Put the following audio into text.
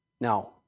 Now